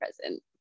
Present